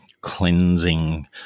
cleansing